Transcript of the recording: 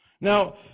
now